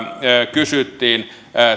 kysyttiin